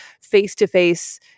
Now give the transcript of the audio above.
face-to-face